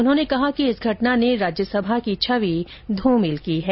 उन्होंने कहा कि इस घटना ने राज्यसभा की छवि धूमिल की है